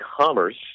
commerce